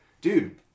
Dude